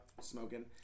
smoking